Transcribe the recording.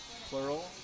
plural